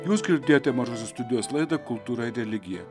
jūs girdėjote mažosios studijos laidą kultūra ir religija